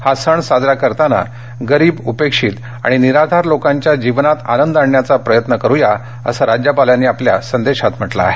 हा सण साजरा करताना गरीब उपेक्षित आणि निराधार लोकांच्या जीवनात आनंद आणण्याचा प्रयत्न करुया असं राज्यपालांनी आपल्या संदेशात म्हटलं आहे